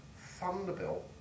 Thunderbolt